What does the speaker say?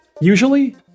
Usually